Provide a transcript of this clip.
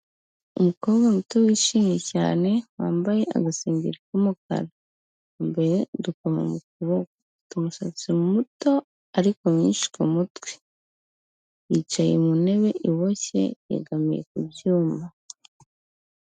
Umukobwa muto wishimye cyane, wambaye agasengeri k'umukara, yambaye udukoma mu kuboko, afite umusatsi muto ariko mwinshi ku mutwe, yicaye mu ntebe iboshye yegamiye ku byuma.